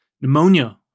pneumonia